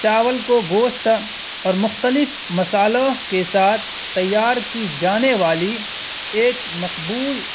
چاول کو گوشت اور مختلف مسالحوں کے ساتھ تیار کی جانے والی ایک مقبول